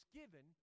given